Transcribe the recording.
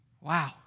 Wow